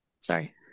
Sorry